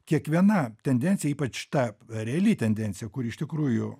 kiekviena tendencija ypač ta reali tendencija kuri iš tikrųjų